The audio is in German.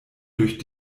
durch